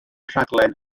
rhaglen